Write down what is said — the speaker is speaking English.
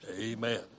Amen